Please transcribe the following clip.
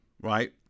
right